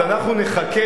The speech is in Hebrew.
אנחנו נחכה,